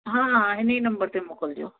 हा हिन ई नंबर ते मोकिलिजो